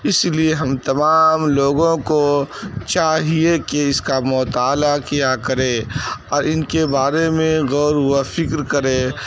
اس لیے ہم تمام لوگوں کو چاہیے کہ اس کا مطالعہ کیا کرے اور ان کے بارے میں غور و فکر کرے